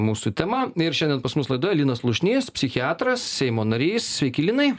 mūsų tema ir šiandien pas mus laidoje linas slušnys psichiatras seimo narys sveiki linai